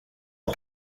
ans